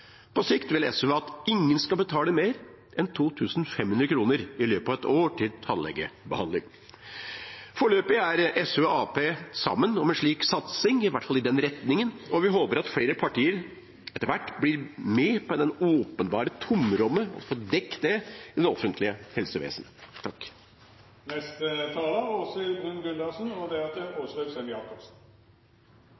På sikt vil SV at ingen skal betale mer enn 2 500 kr i løpet av et år til tannbehandling. Foreløpig er SV og Arbeiderpartiet sammen om en slik satsing – i hvert fall i den retningen. Vi håper at flere partier etter hvert blir med på det åpenbare tomrommet – og får dekt det gjennom det offentlige